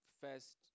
first